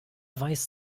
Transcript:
weiß